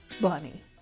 Bunny